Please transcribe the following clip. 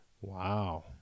Wow